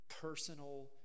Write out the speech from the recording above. personal